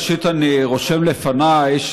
ראשית אני רושם לפניי,